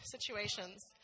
situations